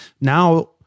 now